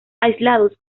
aislados